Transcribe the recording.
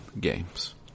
games